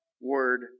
word